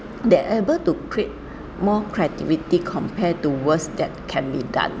they're able to create more creativity compared to words that can be done